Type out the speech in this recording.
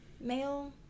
male